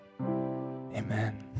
Amen